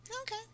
Okay